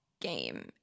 game